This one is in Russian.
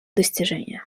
достижения